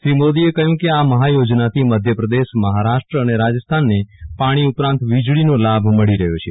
શ્રી મોદીએ કહ્યુ કે આ મહાયોજનાથી મધ્યપ્રદેશમહારાષ્ટ્ર અને રાજસ્થાનને પાણી ઉપરાંત વીજળીનો લાભ મળી રહ્યો છે